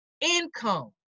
income